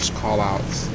call-outs